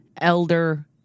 elder